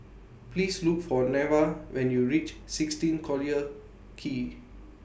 Please Look For Neva when YOU REACH sixteen Collyer Quay